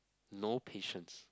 no patience